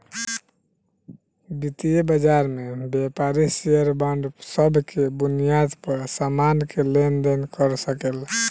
वितीय बाजार में व्यापारी शेयर बांड सब के बुनियाद पर सामान के लेन देन कर सकेला